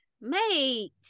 mate